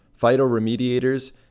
phytoremediators